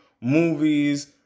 movies